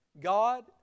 God